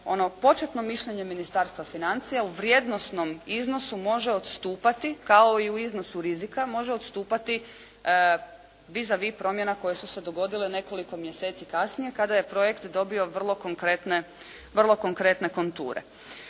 početno mišljenje Ministarstva financija u vrijednosnom iznosu može odstupati kao i u iznosu rizika može odstupati vis a vis promjena koje su se dogodile nekoliko mjeseci kasnije kada je projekt dobio vrlo konkretne konture.